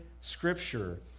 Scripture